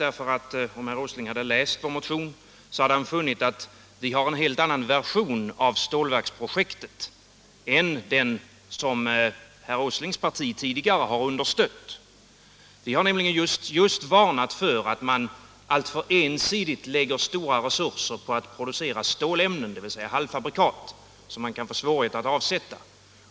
Om herr Åsling hade läst vår motion hade han funnit att vi har en helt annan version av stålverksprojektet än den som herr Åslings parti tidigare understött. Vi har nämligen varnat just för att alltför ensidigt lägga stora resurser på att producera stålämnen, dvs. halvfabrikat, som man kan få svårigheter att avsätta.